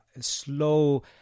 slow